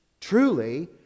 Truly